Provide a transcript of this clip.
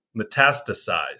metastasize